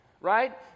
right